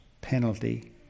penalty